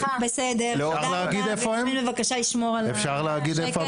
בסדר, תודה רבה, יסמין בבקשה תשמרי על הסדר.